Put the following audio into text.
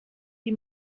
die